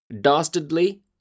Dastardly